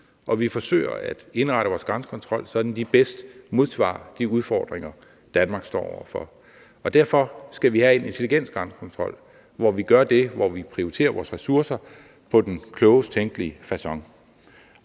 og vi forsøger at indrette vores grænsekontrol, sådan at den bedst modsvarer de udfordringer, Danmark står over for. Derfor skal vi have en intelligent grænsekontrol, hvor vi gør det, at vi prioriterer vores ressourcer på den klogest tænkelige facon.